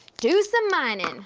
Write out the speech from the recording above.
do some minin'.